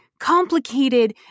Complicated